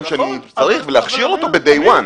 שאני צריך ולהכשיר אותו ביום הראשון.